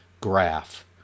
graph